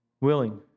Willing